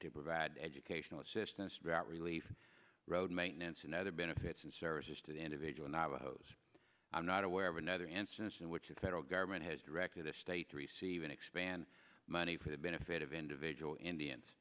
to provide educational assistance drought relief road maintenance and other benefits and services to the individual navajos i'm not aware of another instance in which the federal government has directed the state to receive and expand money for the benefit of individual indians